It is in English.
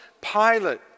Pilate